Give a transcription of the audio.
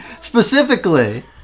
specifically